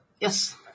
Yes